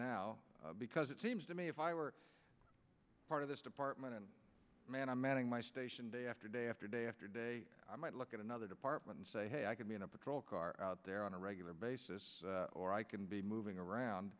now because it seems to me if i were part of this department and man i'm manning my station day after day after day after day i might look at another department and say hey i could be in a patrol car out there on a regular basis or i can be moving around